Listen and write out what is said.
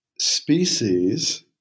species